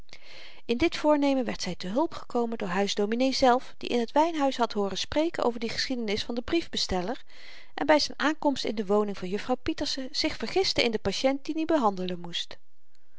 in dit voornemen werd zy te hulp gekomen door huisdominee zelf die in t wynhuis had hooren spreken over die geschiedenis van den briefbesteller en by z'n aankomst in de woning van juffrouw pieterse zich vergiste in den patient dien i behandelen moest